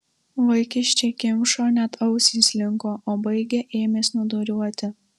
vaikiščiai kimšo net ausys linko o baigę ėmė snūduriuoti